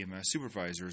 supervisors